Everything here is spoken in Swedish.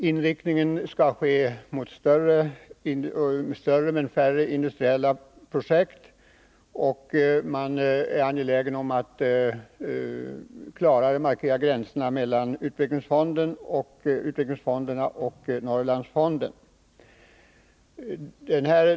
Inriktningen skall ske mot större men färre industriella projekt, och regeringen är angelägen Nr 55 om att klarare markera gränserna mellan utvecklingsfonderna och Norrlandsfonden. Utskottet har enhälligt tillstyrkt propositionen.